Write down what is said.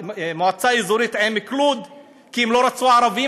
המועצה האזורית עמק-לוד, כי הם לא רצו ערבים